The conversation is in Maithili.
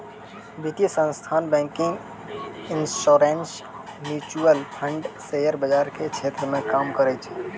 वित्तीय संस्थान banking insurance mutual fund share बाजार के क्षेत्र मे काम करै छै